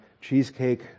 cheesecake